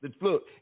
Look